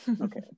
okay